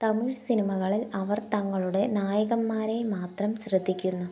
തമിഴ് സിനിമകളിൽ അവർ തങ്ങളുടെ നായകന്മാരെ മാത്രം ശ്രദ്ധിക്കുന്നു